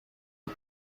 seu